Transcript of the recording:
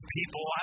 people